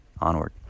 onward